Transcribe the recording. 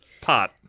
pot